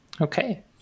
Okay